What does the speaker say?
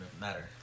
matter